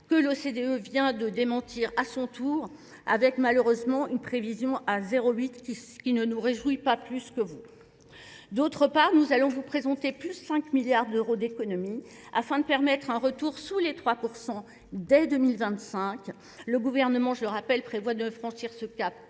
que l'OCDE vient de démentir à son tour, avec malheureusement une prévision à 0,8 qui ne nous réjouit pas plus que vous. D'autre part, nous allons vous présenter plus de 5 milliards d'euros d'économies afin de permettre un retour sous les 3% dès 2025. Le gouvernement, je le rappelle, prévoit de franchir ce cap